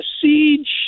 Siege